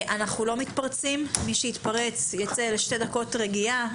אנחנו לא מתפרצים ומי שיתפרץ - יצא לשתי דקות רגיעה.